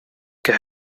qu’à